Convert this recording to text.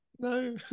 No